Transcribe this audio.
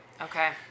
Okay